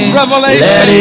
revelation